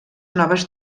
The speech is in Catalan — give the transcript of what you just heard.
noves